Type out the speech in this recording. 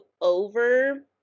over